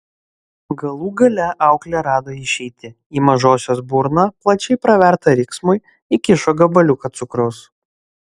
galų gale auklė rado išeitį į mažosios burną plačiai pravertą riksmui įkišo gabaliuką cukraus